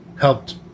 helped